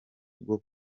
bwo